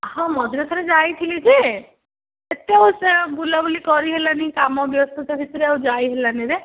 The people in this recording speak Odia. ହଁ ମଝିରେ ଥରେ ଯାଇଥିଲି ଯେ ଏତେ ଆଉ ସେ ବୁଲାବୁଲି କରିହେଲାନି କାମ ବ୍ୟସ୍ତତା ଭିତରେ ଆଉ ଯାଇହେଲାନି ରେ